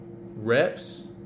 reps